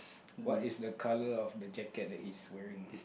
what is the colour of the jacket that he's wearing